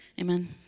Amen